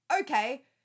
okay